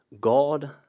God